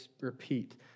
repeat